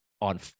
on